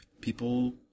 people